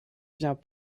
vient